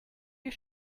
you